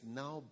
now